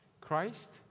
Christ